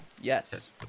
Yes